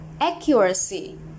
accuracy